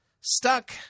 Stuck